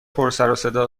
پرسروصدا